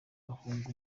ahunga